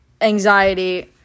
Anxiety